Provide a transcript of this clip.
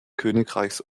königreichs